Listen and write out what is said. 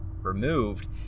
removed